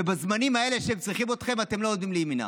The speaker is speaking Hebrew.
ובזמנים האלה שהם צריכים אתכם אתם לא עומדים לימינם?